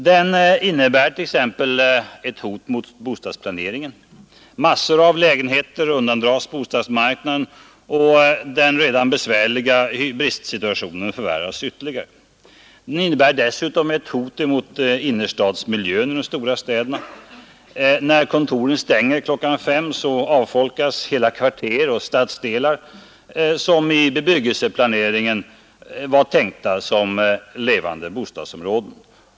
Den innebär t.ex. ett hot mot bostadsplaneringen. Massor av lägenheter undandras bostadsmarknaden, och den redan besvärliga bristsituationen förvärras ytterligare. Den innebär dessutom ett hot mot innerstadsmiljön i de stora städerna. När kontoren stänger klockan fem avfolkas hela kvarter och stadsdelar, som i bebyggelseplaneringen var tänkta som levande bostadsområden.